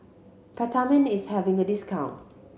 Peptamen is having a discount